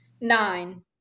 Nine